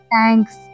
Thanks